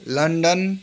London